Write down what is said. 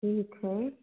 ठीक है